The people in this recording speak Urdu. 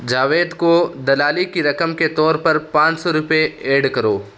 جاوید کو دلالی کی رقم کے طور پر پانچ سو روپئے ایڈ کرو